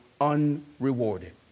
unrewarded